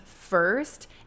first